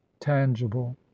tangible